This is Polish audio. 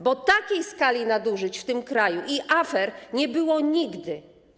Bo takiej skali nadużyć w tym kraju i takich afer nie było nigdy.